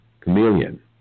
Chameleon